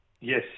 Yes